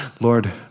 Lord